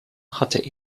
hatte